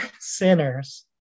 sinners